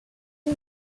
you